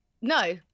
no